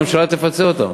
הממשלה תפצה אותם.